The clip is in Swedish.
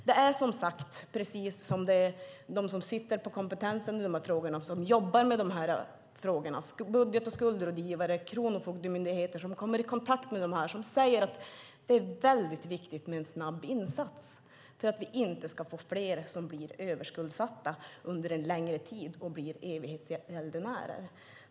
De som sitter på kompetensen i de här frågorna och jobbar med dem, som budget och skuldrådgivare och Kronofogdemyndigheten som kommer i kontakt med dessa människor, säger att det är väldigt viktigt med en snabb insats för att vi inte ska få fler som blir överskuldsatta under längre tid och blir evighetsgäldenärer.